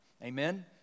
Amen